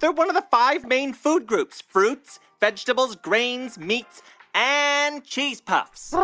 they're one of the five main food groups fruits, vegetables, grains, meats and cheese puffs